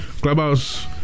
Clubhouse